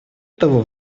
того